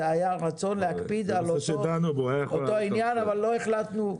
זה היה רצון להקפיד על אותו עניין אבל לא החלטנו,